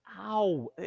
Ow